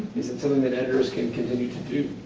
is it something that editors can continue to do?